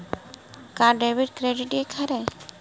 का debit credit एके हरय?